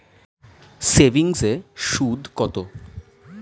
সেভিংসে সুদ কত?